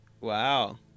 wow